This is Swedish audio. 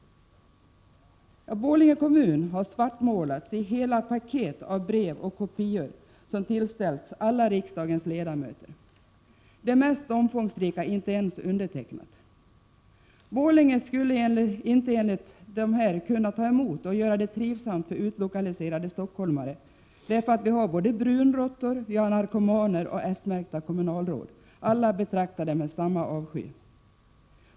Borlänge kommun har svartmålats i hela paket av brev och kopior som har tillställts riksdagens samtliga ledamöter. Det mest omfångsrika har inte ens undertecknats. Enligt dessa åsikter skulle Borlänge inte kunna ta emot och göra det trivsamt för utlokaliserade stockholmare, eftersom vi där har brunråttor, narkomaner och s-märkta kommunalråd — alla betraktade med samma avsky.